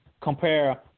compare